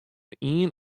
ien